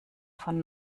von